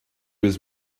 was